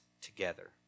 together